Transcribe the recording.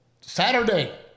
Saturday